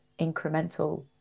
incremental